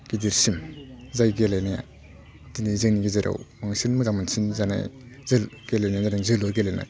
गिदिरसिन जाय गेलेनाया दिनै जोंनि गेजेराव बांसिन मोजां मोनसिनजानाय गेलेनायानो जादों जोलुर गेलेनाय